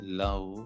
love